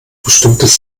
bestimmtes